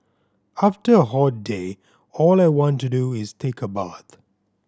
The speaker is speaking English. after a hot day all I want to do is take a bath